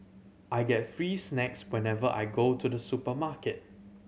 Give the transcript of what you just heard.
I get free snacks whenever I go to the supermarket